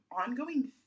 ongoing